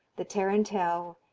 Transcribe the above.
the tarantelle,